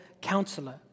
counselor